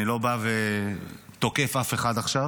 אני לא בא ותוקף אף אחד עכשיו,